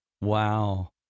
Wow